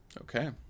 Okay